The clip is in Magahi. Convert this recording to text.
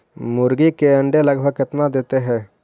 मुर्गी के अंडे लगभग कितना देता है?